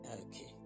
Okay